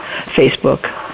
Facebook